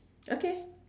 okay